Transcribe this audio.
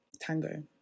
Tango